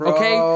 Okay